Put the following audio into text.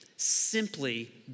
simply